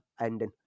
ending